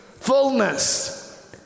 fullness